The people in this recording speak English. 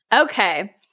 Okay